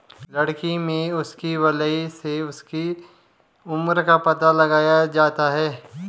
लकड़ी में उसकी वलय से उसकी उम्र का पता लगाया जाता है